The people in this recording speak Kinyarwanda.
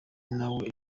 nawe